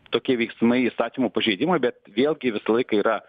tokie veiksmai įstatymų pažeidimai bet vėlgi visą laiką yra